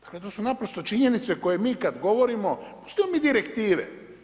Dakle, to su naprosto činjenice koje mi kad govorimo s njom i direktive.